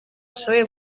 dushoboye